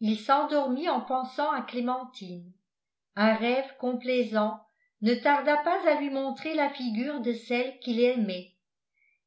il s'endormit en pensant à clémentine un rêve complaisant ne tarda pas à lui montrer la figure de celle qu'il aimait